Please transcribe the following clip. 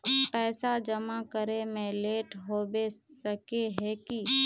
पैसा जमा करे में लेट होबे सके है की?